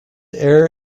air